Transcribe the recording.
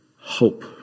hope